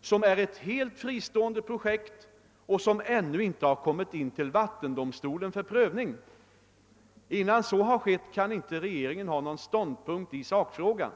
som också är ett helt fristående projekt och som ännu inte kommit in till vattendomstolen för prövning. Innan så har skett kan regeringen inte ha någon ståndpunkt i sakfrågan.